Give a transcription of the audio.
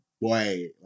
boy